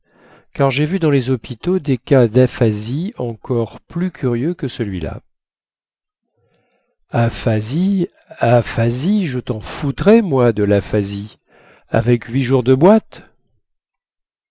car jai vu dans les hôpitaux des cas daphasie encore plus curieux que celui-là aphasie aphasie je ten f moi de laphasie avec huit jours de boîte